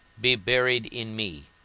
be buried in me,